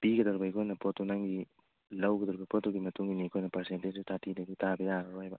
ꯄꯤꯒꯗꯧꯔꯤꯕ ꯑꯩꯈꯣꯏꯅ ꯄꯣꯠꯇꯨ ꯅꯪꯒꯤ ꯂꯧꯒꯗꯧꯔꯤꯕ ꯄꯣꯠꯇꯨꯒꯤ ꯃꯇꯨꯡ ꯏꯟꯅ ꯄꯥꯔꯁꯦꯟꯇꯦꯖꯇꯨ ꯊꯥꯔꯇꯤꯗꯒꯤ ꯇꯥꯕ ꯌꯥꯔꯔꯣꯏꯕ